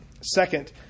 Second